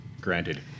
Granted